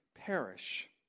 perish